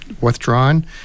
withdrawn